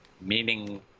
meaning